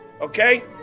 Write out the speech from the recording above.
okay